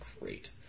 great